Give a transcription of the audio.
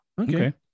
Okay